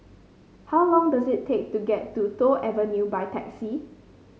how long does it take to get to Toh Avenue by taxi